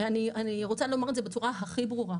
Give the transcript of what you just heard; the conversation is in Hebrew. אני רוצה לומר את זה בצורה הכי ברורה,